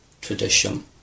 tradition